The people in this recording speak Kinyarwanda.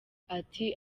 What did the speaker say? ati